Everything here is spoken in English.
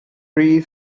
three